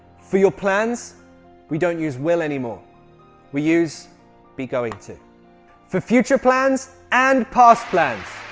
for your plans we don't use will anymore we use be going to for future plans and past plans